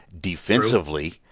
Defensively